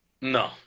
No